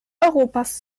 europas